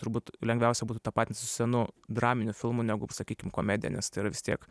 turbūt lengviausia būtų tapatintis su senu draminiu filmu negu sakykim komedinis tai yra vis tiek